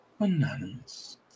Anonymous